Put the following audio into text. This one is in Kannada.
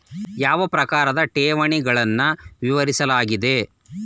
ಯಾವ ಪ್ರಕಾರದ ಠೇವಣಿಗಳನ್ನು ವಿವರಿಸಲಾಗಿದೆ?